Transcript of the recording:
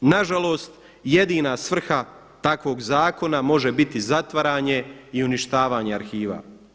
Na žalost jedina svrha takvog zakona može biti zatvaranje i uništavanje arhiva.